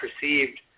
perceived